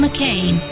McCain